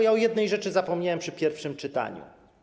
Ja o jednej rzeczy zapomniałem przy pierwszym czytaniu.